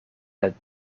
het